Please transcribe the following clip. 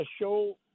show